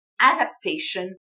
adaptation